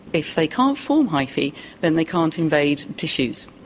if they can't form hyphae then they can't invade tissues,